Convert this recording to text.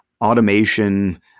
automation